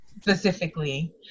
specifically